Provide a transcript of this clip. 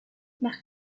nach